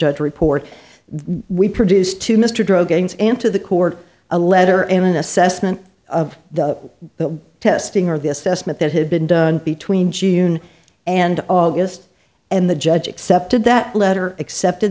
judge a report we produced to mr drug gangs and to the court a letter and an assessment of the testing or the assessment that had been done between june and august and the judge accepted that letter accepted